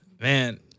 man